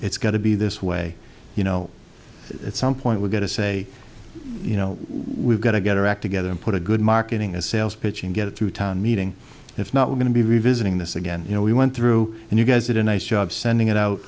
it's got to be this way you know at some point we're going to say you know we've got to get our act together and put a good marketing a sales pitch in get it through town meeting if not we're going to be revisiting this again you know we went through and you guys did a nice job sending it out